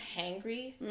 hangry